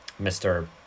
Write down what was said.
mr